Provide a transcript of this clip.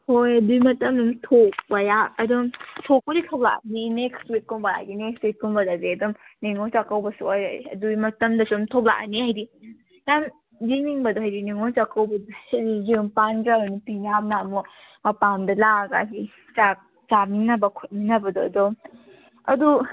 ꯍꯣꯏ ꯑꯗꯨꯏ ꯃꯇꯝ ꯊꯣꯛꯄ ꯑꯗꯨꯝ ꯊꯣꯛꯄꯨꯗꯤ ꯊꯣꯛꯂꯛꯑꯅꯤ ꯅꯦꯛꯁ ꯋꯤꯛꯀꯨꯝꯕ ꯍꯥꯏꯗꯤ ꯅꯦꯛꯁ ꯋꯤꯛꯀꯨꯝꯕꯗꯗꯤ ꯑꯗꯨꯝ ꯅꯤꯉꯣꯜ ꯆꯥꯛꯀꯧꯕꯁꯨ ꯑꯣꯏꯔꯦ ꯑꯗꯨꯏ ꯃꯇꯝꯗ ꯁꯨꯝ ꯑꯗꯨꯝ ꯊꯣꯛꯂꯛꯑꯅꯤ ꯍꯥꯏꯗꯤ ꯅꯪ ꯌꯦꯡꯅꯤꯡꯕꯗꯣ ꯍꯥꯏꯗꯤ ꯅꯤꯡꯉꯣꯜ ꯆꯥꯛꯀꯧꯕꯗꯣ ꯌꯨꯝ ꯄꯥꯟꯈ꯭ꯔꯕ ꯅꯨꯄꯤ ꯃꯌꯥꯝꯅ ꯑꯃꯨꯛ ꯃꯄꯥꯝꯗ ꯂꯥꯛꯑꯒ ꯍꯥꯏꯗꯤ ꯆꯥꯛ ꯆꯥꯃꯤꯟꯅꯕ ꯈꯣꯠꯃꯤꯟꯅꯕ ꯑꯗꯣ ꯑꯗꯨꯝ ꯑꯗꯨ